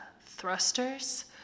thrusters